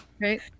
Right